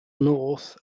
north